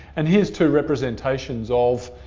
and here's two representations of